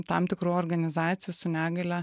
tam tikrų organizacijų su negalia